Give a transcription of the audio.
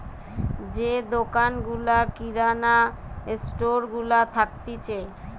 যে দোকান গুলা কিরানা স্টোর গুলা থাকতিছে